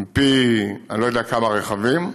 עם פי אני-לא-יודע-כמה רכבים,